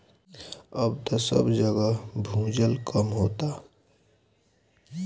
अब त सब जगह भूजल कम होता